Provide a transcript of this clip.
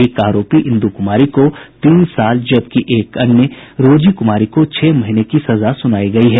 एक आरोपी इंदू कुमारी को तीन साल जबकि एक अन्य रोजी कुमारी को छह महीने की सजा सुनायी गयी है